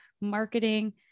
marketing